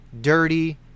dirty